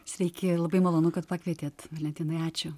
sveiki labai malonu kad pakvietėt valentinai ačiū